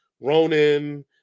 Ronan